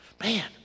man